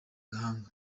gahanga